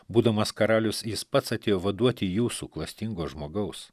būdamas karalius jis pats atėjo vaduoti jūsų klastingo žmogaus